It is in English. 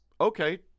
Okay